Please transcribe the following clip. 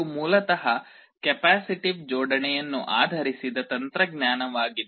ಇದು ಮೂಲತಃ ಕೆಪ್ಯಾಸಿಟಿವ್ ಜೋಡಣೆಯನ್ನು ಆಧರಿಸಿದ ತಂತ್ರಜ್ಞಾನವಾಗಿದೆ